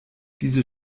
diese